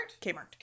Kmart